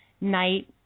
night